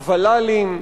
הוול"לים.